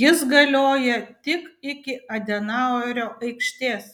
jis galioja tik iki adenauerio aikštės